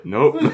Nope